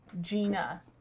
Gina